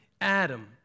Adam